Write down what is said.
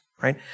right